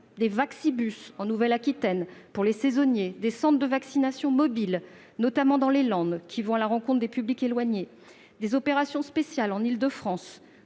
des « vaccibus » en Nouvelle-Aquitaine pour les saisonniers, des centres de vaccination mobiles dans les Landes pour aller à la rencontre des publics éloignés et des opérations spéciales en Île-de-France,